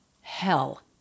hell